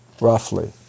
roughly